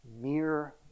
mere